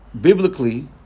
biblically